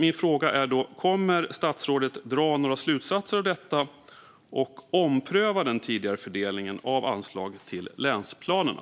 Min fråga är: Kommer statsrådet att dra några slutsatser av detta och ompröva den tidigare fördelningen av anslag till länsplanerna?